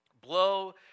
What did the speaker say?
Blow